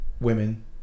Women